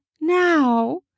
now